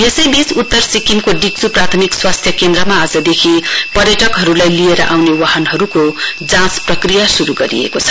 यसैबीच उतर सिक्किमको डिक्च् प्राथमिक स्वास्थ्य केन्द्रमा आजदेखि पर्यटकहरुलाई लिएर आउने वाहनहरुको जाँच प्रक्रिया शुरु गरिएको छ